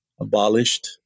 abolished